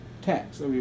tax